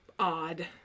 odd